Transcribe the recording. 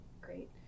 Great